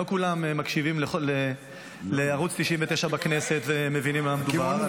לא כולם מקשיבים לערוץ 99 בכנסת ומבינים במה מדובר.